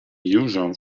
usual